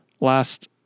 last